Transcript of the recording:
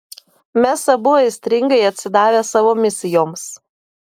mes abu aistringai atsidavę savo misijoms